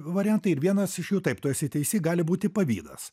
variantai ir vienas iš jų taip tu esi teisi gali būti pavydas